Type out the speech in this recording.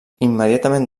immediatament